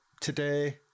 today